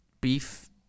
beef